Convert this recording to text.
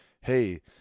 hey